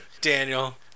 Daniel